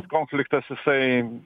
konfliktas jisai